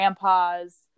grandpa's